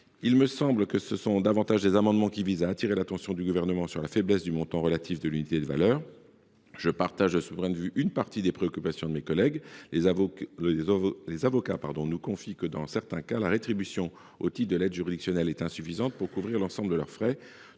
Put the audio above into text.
Il me semble que ces amendements visent principalement à appeler l’attention du Gouvernement sur la faiblesse du montant relatif de l’unité de valeur. À cet égard, je partage une partie des préoccupations de mes collègues : les avocats nous confient que, dans certains cas, la rétribution au titre de l’aide juridictionnelle est insuffisante pour couvrir l’ensemble de leurs frais.